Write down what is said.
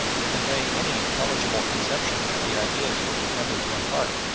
to convey any intelligible conception of the ideas it was intended to impart,